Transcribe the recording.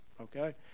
okay